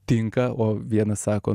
tinka o vienas sako